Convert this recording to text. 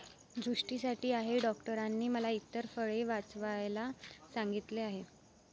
दृष्टीसाठी आहे डॉक्टरांनी मला इतर फळे वाचवायला सांगितले आहे